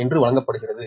u வழங்கப்படுகிறது